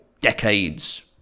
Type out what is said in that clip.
decades